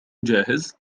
جاهز